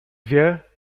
wie